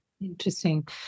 interesting